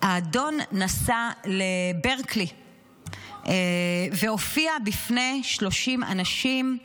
האדון נסע לברקלי והופיע בפני 30 אנשים.